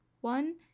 One